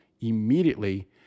immediately